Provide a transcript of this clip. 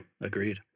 Agreed